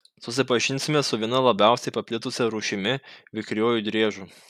susipažinsime su viena labiausiai paplitusia rūšimi vikriuoju driežu